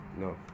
no